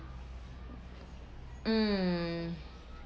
um